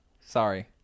sorry